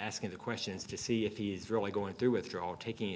asking the questions to see if he's really going through withdrawal or taking